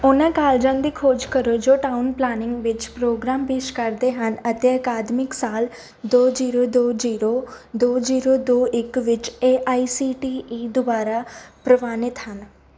ਉਹਨਾਂ ਕਾਲਜਾਂ ਦੀ ਖੋਜ ਕਰੋ ਜੋ ਟਾਊਨ ਪਲਾਨਿੰਗ ਵਿੱਚ ਪ੍ਰੋਗਰਾਮ ਪੇਸ਼ ਕਰਦੇ ਹਨ ਅਤੇ ਅਕਾਦਮਿਕ ਸਾਲ ਦੋ ਜੀਰੋ ਜੀਰੋ ਦੋ ਜੀਰੋ ਦੋ ਇੱਕ ਵਿੱਚ A I C T E ਦੁਆਰਾ ਪ੍ਰਵਾਨਿਤ ਹਨ